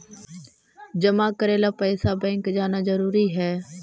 जमा करे ला पैसा बैंक जाना जरूरी है?